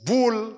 Bull